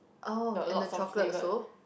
oh and the chocolate also